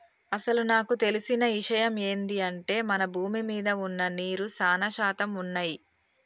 అసలు నాకు తెలిసిన ఇషయమ్ ఏంది అంటే మన భూమి మీద వున్న నీరు సానా శాతం వున్నయ్యి